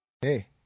Hey